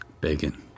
Bacon